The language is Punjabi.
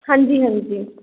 ਹਾਂਜੀ ਹਾਂਜੀ